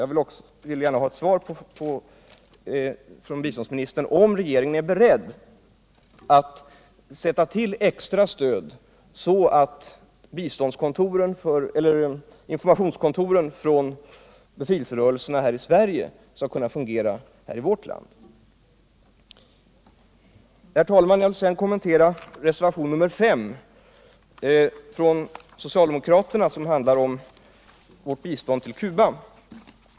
Jag skulle vilja ha ett svar av biståndsministern på frågan om regeringen är beredd att sätta till extra stöd, så att informationskontoren för befrielserörelserna här i Sverige skall kunna fungera. Herr talman! Jag vill sedan kommentera den socialdemokratiska reservationen 5 om vårt bistånd till Cuba.